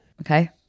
Okay